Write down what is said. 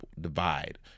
divide